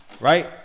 Right